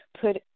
put